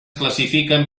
classifiquen